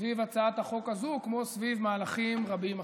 סביב הצעת החוק הזו, כמו סביב מהלכים רבים אחרים.